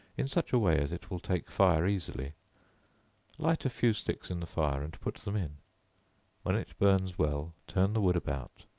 in such a way as it will take fire easily light a few sticks in the fire, and put them in when it burns well, turn the wood about,